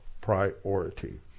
priority